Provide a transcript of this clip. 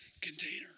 container